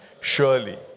Surely